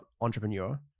entrepreneur